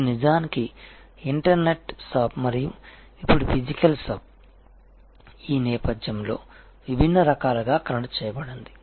ఇది నిజానికి internet shop మరియు ఇప్పుడు ఫిజికల్ షాప్ ఈ నేపథ్యంలో విభిన్న రకాలుగా కనెక్ట్ చేయబడింది